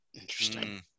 Interesting